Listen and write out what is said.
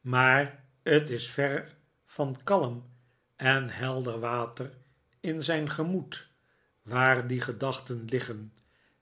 maar het is ver van kalm en helder water in zijn gemoed waar die gedachten liggen